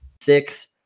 six